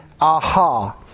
Aha